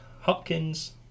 Hopkins